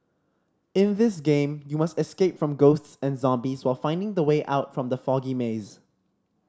in this game you must escape from ghosts and zombies while finding the way out from the foggy maze